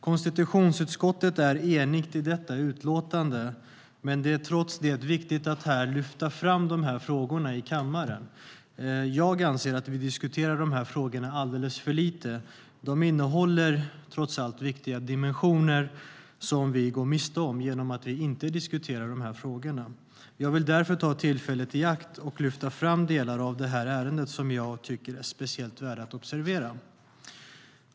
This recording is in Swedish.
Konstitutionsutskottet är enigt i detta utlåtande, men det är trots det viktigt att lyfta fram dessa frågor i kammaren. Jag anser att vi diskuterar frågorna alldeles för lite. De innehåller trots allt viktiga dimensioner vi går miste om genom att inte diskutera dem. Jag vill därför ta tillfället i akt att lyfta fram de delar av ärendet jag tycker är speciellt värda att observera.